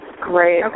Great